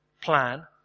plan